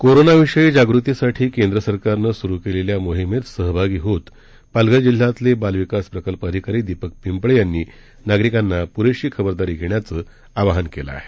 कोरोनाविषयी जागृतीसाठी केंद्र सरकारनं सुरू केलेल्या मोहिमेत सहभागी होत पालघर जिल्ह्यातले बाल विकास प्रकल्प अधिकारी दीपक पिंपळे यांनी नागरिकांना पुरेशी खबरदारी घेण्याचं आवाहन केलं आहे